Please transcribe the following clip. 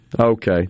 okay